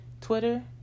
Twitter